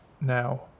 now